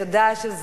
את יודעת,